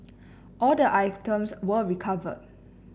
all the items were recovered